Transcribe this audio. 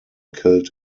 killed